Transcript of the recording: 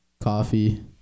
coffee